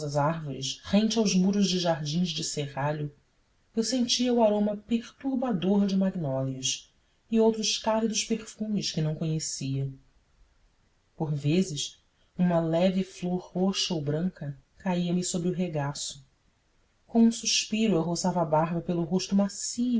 frondosas árvores rente aos muros de jardins de serralho eu sentia o aroma perturbador de magnólias e outros cálidos perfumes que não conhecia por vezes uma leve flor roxa ou branca caía me sobre o regaço com um suspiro eu roçava a barba pelo rosto macio